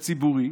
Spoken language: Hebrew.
וציבורי,